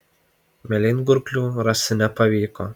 mėlyngurklių rasti nepavyko